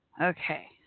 Okay